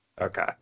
Okay